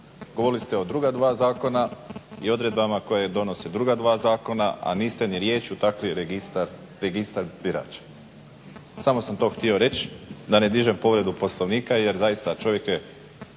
Govorili ste o druga dva zakona i odredbama koje donose druga dva zakona, a niste ni riječju takli registar birača. Samo sam to htio reć' da ne dižem povredu Poslovnika. Jer zaista čovjek je